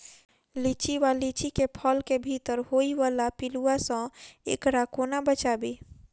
लिच्ची वा लीची केँ फल केँ भीतर होइ वला पिलुआ सऽ एकरा कोना बचाबी?